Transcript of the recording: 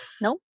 Nope